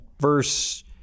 verse